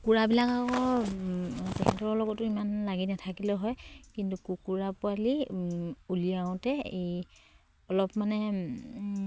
কুকুৰাবিলাক আকৌ তেখেতৰ লগতো ইমান লাগি নাথাকিলেও হয় কিন্তু কুকুৰা পোৱালি উলিয়াওঁতে এই অলপ মানে